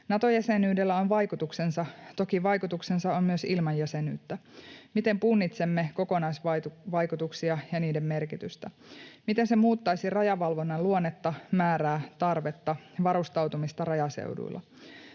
Nato-jäsenyydellä on vaikutuksensa. Toki vaikutuksensa on myös ilman jäsenyyttä. Miten punnitsemme kokonaisvaikutuksia ja niiden merkitystä? Miten se muuttaisi rajavalvonnan luonnetta, määrää, tarvetta, varustautumista rajaseuduilla?